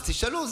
אז תשאלו,